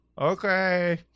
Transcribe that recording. Okay